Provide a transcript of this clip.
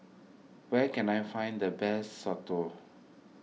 where can I find the best Soto